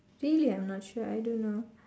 really I'm not sure I don't know